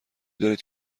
دارید